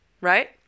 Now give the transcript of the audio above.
right